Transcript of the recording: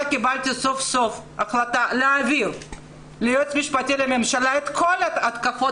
קיבלתי סוף סוף החלטה להעביר ליועץ המשפטי לממשלה את כל ההתקפות